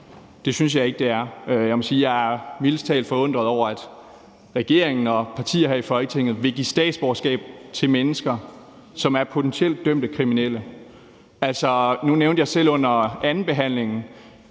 Det synes jeg ikke det er. Jeg må sige, at jeg mildest talt er forundret over, at regeringen og partier her i Folketinget vil give statsborgerskab til mennesker, som er potentielt dømte kriminelle. Nu nævnte jeg selv under andenbehandlingen,